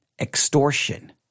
Extortion